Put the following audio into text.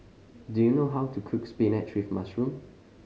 do you know how to cook spinach with mushroom